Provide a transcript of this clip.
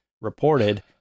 reported